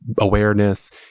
awareness